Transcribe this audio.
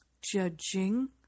judging